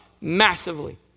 massively